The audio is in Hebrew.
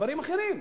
מדברים אחרים,